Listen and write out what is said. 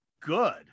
good